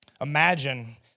Imagine